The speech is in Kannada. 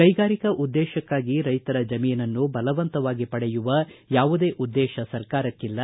ಕೈಗಾರಿಕಾ ಉದ್ದೇಶಕ್ಷಾಗಿ ರೈತರ ಜಮೀನನ್ನು ಬಲವಂತವಾಗಿ ಪಡೆಯುವ ಯಾವುದೇ ಉದ್ದೇಶ ಸರ್ಕಾರಕ್ಕಿಲ್ಲ